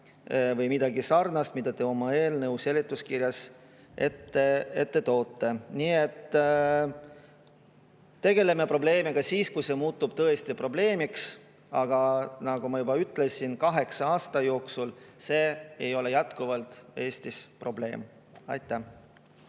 või midagi sarnast, mida te oma eelnõu seletuskirjas ette toote. Tegeleme probleemiga siis, kui see muutub tõesti probleemiks. Aga nagu ma juba ütlesin, kaheksa aasta jooksul ei ole see jätkuvalt probleemiks